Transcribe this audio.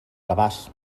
cabàs